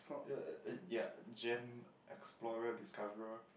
uh yea gem explorer discover